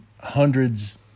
hundreds